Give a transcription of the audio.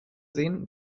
sehen